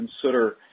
consider